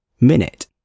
Minute